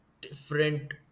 different